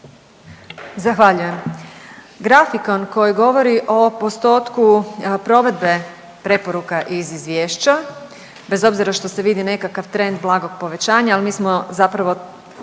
Zahvaljujem. Grafikon koji govori o postotku provedbe preporuka iz izvješća bez obzira što se vidi nekakav trend blagog povećanja, ali mi smo zapravo